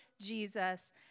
Jesus